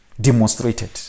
demonstrated